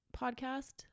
podcast